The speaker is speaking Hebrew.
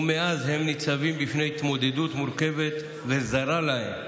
ומאז הם ניצבים בפני התמודדות מורכבת וזרה להם,